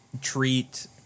treat